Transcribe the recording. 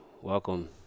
Welcome